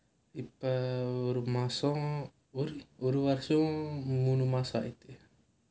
if ஒரு மாசம் ஒரு ஒரு வருஷம் மூணு மாசம் ஆகுது:oru maasam oru oru varusham moonu maasam aaguthu